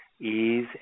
ease